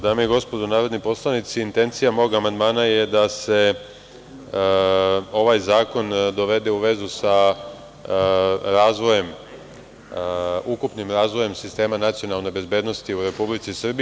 Dame i gospodo narodni poslanici, intencija mog amandmana je da se ovaj zakon dovede u vezu sa razvojem, ukupnim razvojem sistema nacionalne bezbednosti u Republici Srbiji.